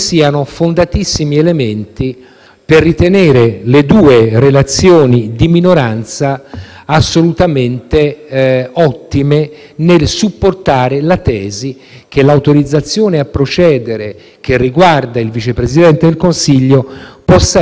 assolutamente ottime nel supportare la tesi che l'autorizzazione a procedere che riguarda il Vice Presidente del Consiglio possa essere legittimamente e coerentemente conferita e concessa.